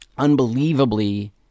Unbelievably